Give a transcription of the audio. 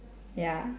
ya